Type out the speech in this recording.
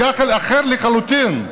גח"ל אחר לחלוטין,